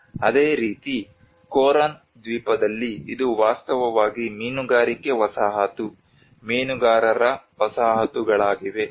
ಅದೇ ರೀತಿ ಕೊರನ್ ದ್ವೀಪದಲ್ಲಿ ಇದು ವಾಸ್ತವವಾಗಿ ಮೀನುಗಾರಿಕೆ ವಸಾಹತು ಮೀನುಗಾರರ ವಸಾಹತುಗಳಾಗಿವೆ